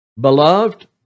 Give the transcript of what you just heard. Beloved